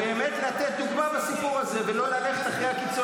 בהנחה שזה קרה, זה מצדיק דברים אחרים?